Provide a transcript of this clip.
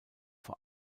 vor